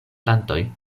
plantoj